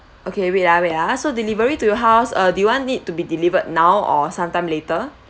okay wait ah wait ah so delivery to your house uh do you want it to be delivered now or sometime later